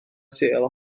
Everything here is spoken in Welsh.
sul